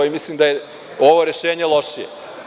Mislim da je ovo rešenje lošije.